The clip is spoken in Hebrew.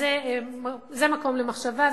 אז זה מקום למחשבה,